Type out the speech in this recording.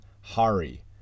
Hari